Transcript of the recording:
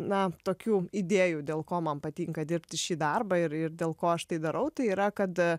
na tokių idėjų dėl ko man patinka dirbti šį darbą ir ir dėl ko aš tai darau tai yra kad